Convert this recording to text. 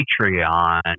Patreon